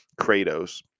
Kratos